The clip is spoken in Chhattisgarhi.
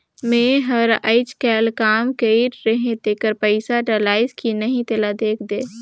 मै हर अईचकायल काम कइर रहें तेकर पइसा डलाईस कि नहीं तेला देख देहे?